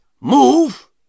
move